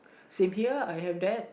same here I have that